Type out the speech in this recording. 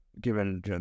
given